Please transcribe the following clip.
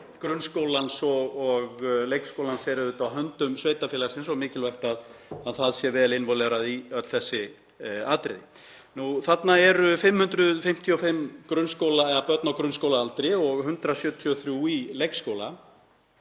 grunnskólans og leikskólans eru auðvitað á höndum sveitarfélagsins og mikilvægt að það sé vel innvolverað í öll þessi atriði. Þarna eru 555 börn á grunnskólaaldri og 173 í leikskóla.